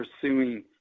pursuing